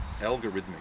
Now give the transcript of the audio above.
algorithmic